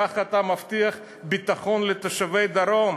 ככה אתה מבטיח ביטחון לתושבי הדרום?